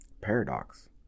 paradox